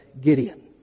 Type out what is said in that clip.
Gideon